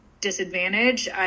disadvantage